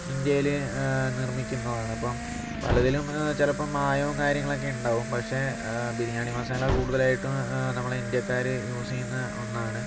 ഇന്ത്യയിൽ നിർമ്മിക്കുന്നതാണ് ഇപ്പോൾ പലതിലും ചിലപ്പോൾ മായവും കാര്യങ്ങളൊക്കെ ഉണ്ടാകും പക്ഷെ ബിരിയാണി മസാല കൂടുതലായിട്ടും നമ്മള് ഇന്ത്യക്കാര് യൂസ് ചെയ്യുന്ന ഒന്നാണ്